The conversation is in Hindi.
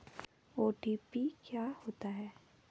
ओ.टी.पी क्या होता है?